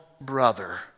brother